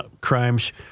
crimes